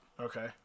Okay